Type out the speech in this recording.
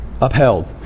upheld